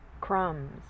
crumbs